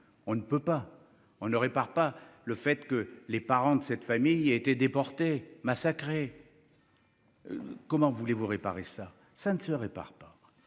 on ne peut pas on ne répare pas le fait que les parents de cette famille a été déporté massacré. Comment voulez-vous réparer ça ça ne se répare pas.